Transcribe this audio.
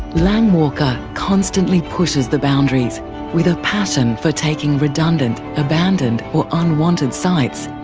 lang walker constantly pushes the boundaries with a passion for taking redundant, abandoned or unwanted sites,